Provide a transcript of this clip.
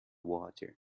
water